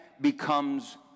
becomes